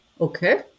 okay